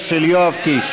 16, לסעיף 5, של יואב קיש.